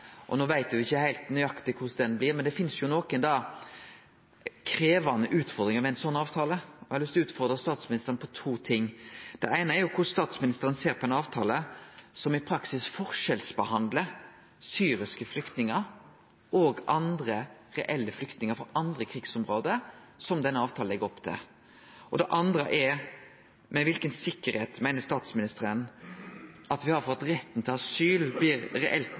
No veit me ikkje nøyaktig korleis den blir, men det finnest nokon krevjande utfordringar med ein sånn avtale. Eg har lyst til å utfordre statsministeren på to ting. Det eine er korleis statsministeren ser på ein avtale som i praksis forskjellsbehandlar syriske flyktningar og andre reelle flyktningar frå andre krigsområde, som denne avtalen legg opp til. Det andre er: Med kva for sikkerheit meiner statsministeren at me har fått retten til asyl reelt